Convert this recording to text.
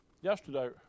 Yesterday